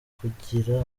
kugira